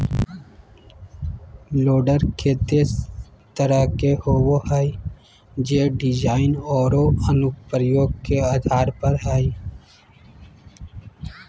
loader केते तरह के होबो हइ, जे डिज़ाइन औरो अनुप्रयोग के आधार पर हइ